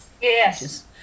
Yes